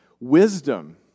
wisdom